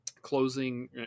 closing